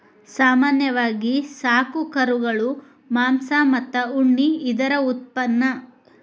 ಸಾಮಾನ್ಯವಾಗಿ ಸಾಕು ಕುರುಗಳು ಮಾಂಸ ಮತ್ತ ಉಣ್ಣಿ ಇದರ ಉತ್ಪನ್ನಾ